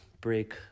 break